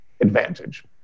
advantage